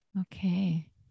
Okay